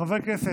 חברי הכנסת,